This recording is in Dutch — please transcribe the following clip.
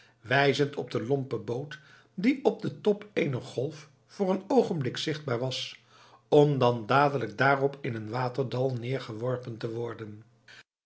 wijzend op de lompe boot die op den top eener golf voor een oogenblik zichtbaar was om dan dadelijk daarop in een waterdal neergeworpen te worden